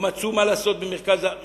לא מצאו מה לעשות בפריפריה.